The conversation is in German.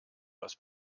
was